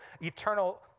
eternal